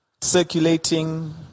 circulating